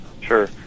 Sure